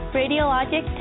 radiologic